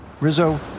Rizzo